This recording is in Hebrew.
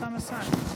אוסאמה סעדי לא?